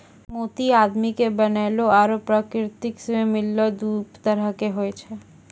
मोती आदमी के बनैलो आरो परकिरति सें मिललो दु तरह के होय छै